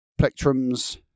plectrums